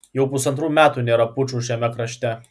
jau pusantrų metų nėra pučų šiame krašte